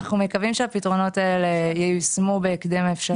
אנחנו מקווים שהפתרונות האלה ייושמו בהקדם האפשרי,